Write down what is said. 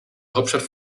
hauptstadt